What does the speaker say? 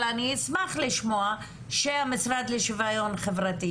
אני אשמח לשמוע שהמשרד לשוויון חברתי,